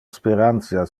sperantia